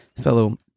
fellow